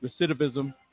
recidivism